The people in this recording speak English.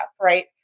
right